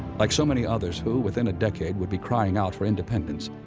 like so many others who within a decade would be crying out for independence,